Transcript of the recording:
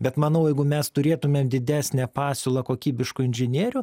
bet manau jeigu mes turėtumėm didesnę pasiūlą kokybiškų inžinierių